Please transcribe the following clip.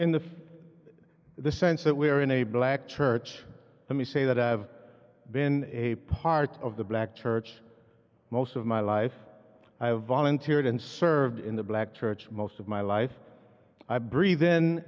in the the sense that we're in a black church let me say that i've been a part of the black church most of my life i have volunteered and served in the black church most of my life i breathe in